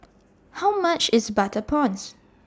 How much IS Butter Prawns